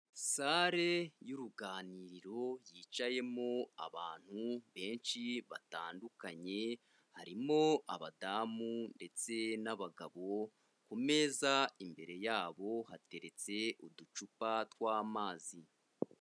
sale y'uruganiriro yicayemo abantu benshi batandukanye harimo abadamu ndetse n'abagabo kumeza imbere yabo hateretse uducupa twamazi.